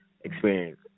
experience